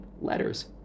Letters